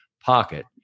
pocket